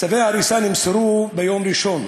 צווי הריסה נמסרו ביום ראשון,